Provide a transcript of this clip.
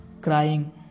crying